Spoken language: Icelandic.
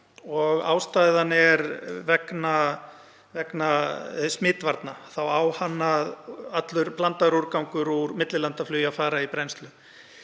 og ástæðan er að vegna smitvarna á allur blandaður úrgangur úr millilandaflugi að fara í brennslu.